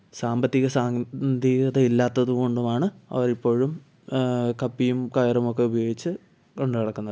സാമ്പത്തിക സാന്തീകത ഇല്ലാത്തത് കൊണ്ടുമാണ് അവര് ഇപ്പോഴുംകപ്പിയും കയറും ഒക്കെ ഉപയോഗിച്ച് കൊണ്ട് നടക്കുന്നത്